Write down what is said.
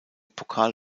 pokal